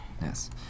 Yes